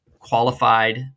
qualified